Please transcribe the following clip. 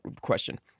question